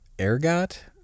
ergot